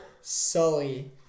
Sully